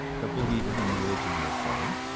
the believer in religion will say,